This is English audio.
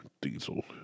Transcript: Diesel